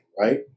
right